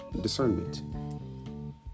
discernment